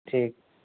ठीक